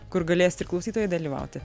kur galės ir klausytojai dalyvauti